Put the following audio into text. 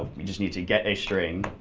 we just need to get a string,